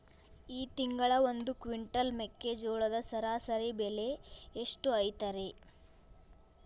ಈ ತಿಂಗಳ ಒಂದು ಕ್ವಿಂಟಾಲ್ ಮೆಕ್ಕೆಜೋಳದ ಸರಾಸರಿ ಬೆಲೆ ಎಷ್ಟು ಐತರೇ?